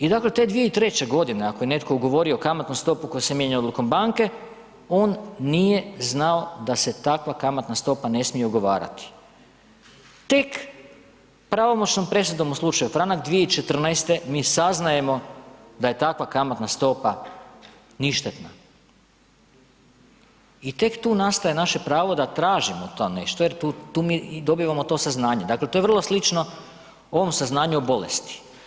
I dakle te 2003. g. ako je netko ugovorio kamatnu stopu koja se mijenja odlukom banke, on nije znao da se takva kamatna stopa ne smije ugovarati, tek pravomoćnom presudom u slučaj Franak, 2014. mi saznajemo da je takva kamatna stopa ništetna i tek tu nastaje naše pravo da tražimo to nešto jer tu mi dobivamo to saznanje, dakle to je vrlo slično ovom saznanju o bolesti.